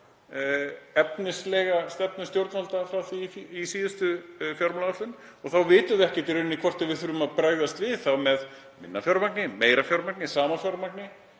efnislega stefnu stjórnvalda frá því í síðustu fjármálaáætlun. Þá vitum við ekkert hvort við þurfum að bregðast við með minna fjármagni, meira fjármagni, sama fjármagni